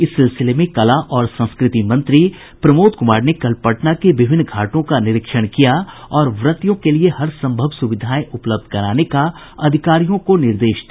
इस सिलसिले में कला और संस्कृति मंत्री प्रमोद कुमार ने कल पटना के विभिन्न घाटों का निरीक्षण किया और व्रतियों के लिए हरसंभव सुविधाएं उपलब्ध कराने का अधिकारियों को निर्देश दिया